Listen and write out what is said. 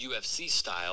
UFC-style